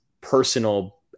personal